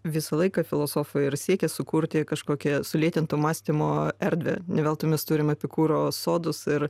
visą laiką filosofai ir siekė sukurti kažkokią sulėtinto mąstymo erdvę ne veltui mes turime epikūro sodus ir